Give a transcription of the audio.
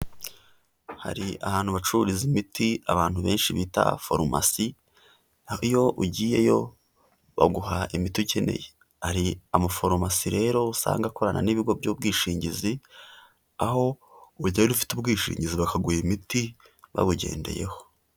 Hari ahantu bacururiza imiti abantu benshi bita farumasi, iyo ugiyeyo baguha imiti ukeneye, hari amafaromasi rero usanga akorana n'ibigo by'ubwishingizi, aho ugenda ufite ubwishingizi bakaguha imiti babugendeyeho.